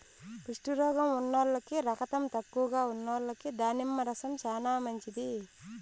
కుష్టు రోగం ఉన్నోల్లకి, రకతం తక్కువగా ఉన్నోల్లకి దానిమ్మ రసం చానా మంచిది